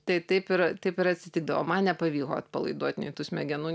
tai taip ir taip ir atsitikdavo man nepavyko atpalaiduot nei tų smegenų nei